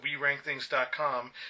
WeRankThings.com